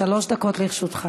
שלוש דקות לרשותך.